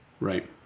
Right